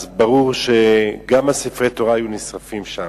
ברור שגם ספרי התורה היו נשרפים שם.